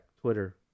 Twitter